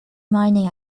mining